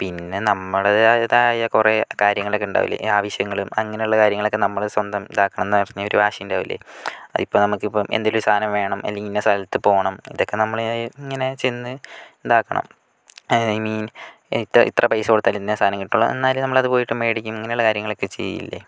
പിന്നെ നമ്മളുടേതായ കുറെ കാര്യങ്ങളൊക്കെ ഉണ്ടാവില്ലെ ഈ ആവശ്യങ്ങളും അങ്ങനെയുള്ള കാര്യങ്ങളൊക്കെ നമ്മൾ സ്വന്തം ഇതാക്കണമെന്ന് പറഞ്ഞ് ഒരു വാശി ഉണ്ടാവില്ലെ അതിപ്പാ നമുക്കിപ്പം എന്തേലും ഒരു സാധനം വേണം അല്ലെങ്കിൽ ഇന്ന സ്ഥലത്ത് പോകണം ഇതൊക്കെ നമ്മള് ഇങ്ങനെ ചെന്ന് ഇതാക്കണം ഐ മീൻ ഇത്ര ഇത്ര പൈസ കൊടുത്താല് ഇന്ന സാധനം കിട്ടുവൊള്ള് എന്നാലും നമ്മൾ അത് പോയിട്ട് മേടിക്കും അങ്ങനെയുള്ള കാര്യങ്ങളൊക്കെ ചെയ്യില്ലെ